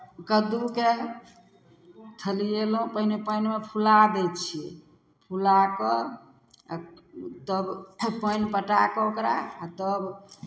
कददू के थलिएलहुँ पहिने पानिमे फुला दै छियै फुला कऽ आ तब पानि पटा कऽ ओकरा आ तब